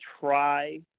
try